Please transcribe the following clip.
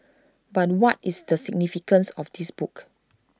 but what is the significance of this book